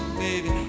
baby